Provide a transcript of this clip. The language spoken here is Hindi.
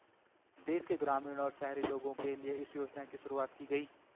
देश के ग्रामीण और शहरी लोगो के लिए इस योजना की शुरूवात की गयी